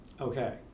Okay